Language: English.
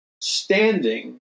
standing